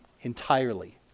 entirely